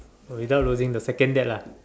without losing the second dad lah